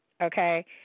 Okay